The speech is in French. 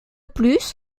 plus